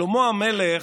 שלמה המלך,